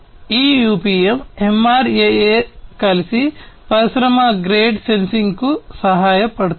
ఈ UPM MRAA కలిసి పరిశ్రమ గ్రేడ్ సెన్సింగ్కు సహాయపడతాయి